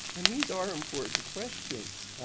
and these are important questions.